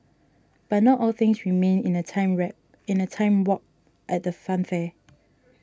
but not all things remain in a time rap in a time warp at the funfair